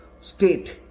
state